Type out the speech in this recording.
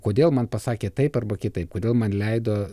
kodėl man pasakė taip arba kitaip kodėl man leido